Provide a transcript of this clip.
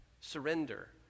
surrender